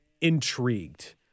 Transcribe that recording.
intrigued